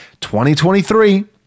2023